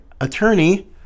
attorney